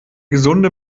gesunde